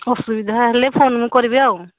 ଅସୁବିଧା ହେଲେ ଫୋନ ମୁଁ କରିବି ଆଉ